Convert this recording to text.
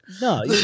no